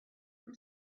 from